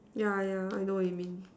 yeah yeah I know what you mean